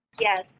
Yes